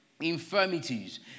infirmities